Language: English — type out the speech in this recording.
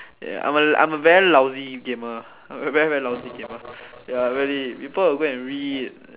ya I'm a I'm a very lousy gamer I'm a very very lousy gamer ya really people will go and read